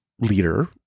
leader